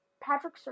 Patrick